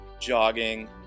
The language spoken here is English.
jogging